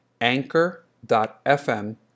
anchor.fm